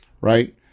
right